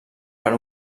per